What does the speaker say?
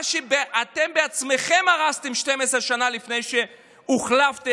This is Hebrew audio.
מה שאתם בעצמכם הרסתם 12 שנה לפני שהוחלפתם